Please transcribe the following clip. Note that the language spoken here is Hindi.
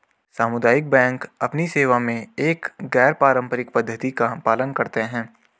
सामुदायिक बैंक अपनी सेवा में एक गैर पारंपरिक पद्धति का पालन करते हैं